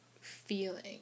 feeling